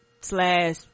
slash